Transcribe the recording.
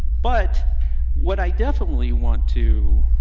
but what i definitely want to